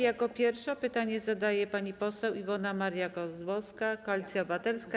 Jako pierwsza pytanie zadaje pani poseł Iwona Maria Kozłowska, Koalicja Obywatelska.